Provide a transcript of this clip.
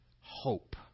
hope